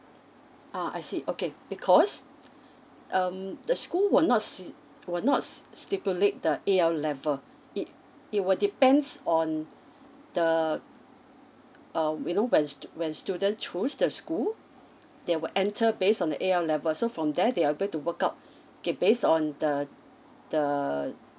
ah I see okay because um the school will not see will not stipulate the A_L level it it will depends on the um you know when stu~ when student choose the school they will enter based on the A_L level so from there they able to work out okay based on the the